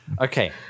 Okay